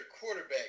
quarterback